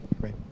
Great